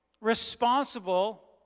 responsible